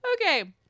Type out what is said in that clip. okay